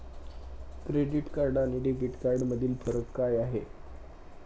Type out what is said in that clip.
Credit card आणि debit कार्डमधील फरक काय आहे?